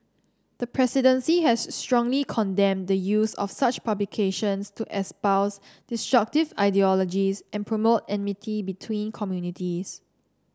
the presidency has strongly condemned the use of such publications to espouse destructive ideologies and promote enmity between communities